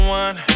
one